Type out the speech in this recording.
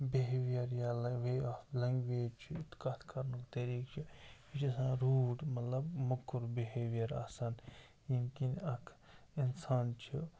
behaviour یا لہ way of language چھِ کَتھ کَرنُک طریق چھُ یہِ چھُ آسان روٗٹ مَطلَب موٚکُر بِہیویَر آسان ییٚمہِ کِنۍ اکھ اِنسان چھُ